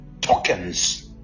tokens